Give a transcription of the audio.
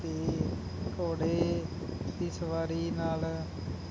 ਅਤੇ ਘੋੜੇ ਦੀ ਸਵਾਰੀ ਨਾਲ